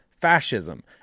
fascism